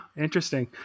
Interesting